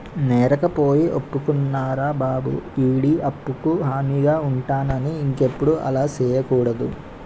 నేరకపోయి ఒప్పుకున్నారా బాబు ఈడి అప్పుకు హామీగా ఉంటానని ఇంకెప్పుడు అలా సెయ్యకూడదు